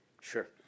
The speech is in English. Sure